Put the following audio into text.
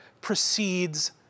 precedes